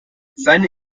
seine